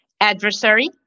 adversary